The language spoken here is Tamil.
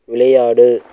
விளையாடு